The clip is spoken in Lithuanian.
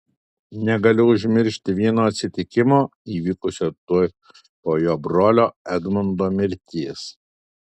negaliu užmiršti vieno atsitikimo įvykusio tuoj po jo brolio edmundo mirties